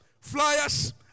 flyers